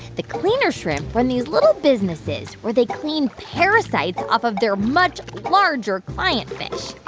the cleaner shrimp run these little businesses where they clean parasites off of their much larger client fish